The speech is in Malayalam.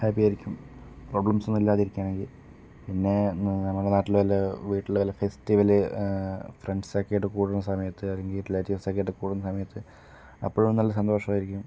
ഹാപ്പി ആയിരിക്കും പ്രോബ്ലെംസ് ഒന്നും ഇല്ലാതിരിക്കണമെങ്കിൽ പിന്നെ നമ്മുടെ നാട്ടിൽ വല്ല വീട്ടിൽ വല്ല ഫെസ്റ്റിവെൽ ഫ്രണ്ട്സൊക്കെ ആയിട്ട് കൂടുന്ന സമയത്ത് അല്ലെങ്കിൽ റിലേറ്റീവ്സൊക്കെ ആയിട്ട് കൂടുന്ന സമയത്ത് അപ്പോഴും നല്ല സന്തോഷമായിരിക്കും